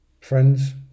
friends